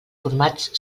formats